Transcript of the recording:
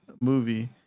movie